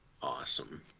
Awesome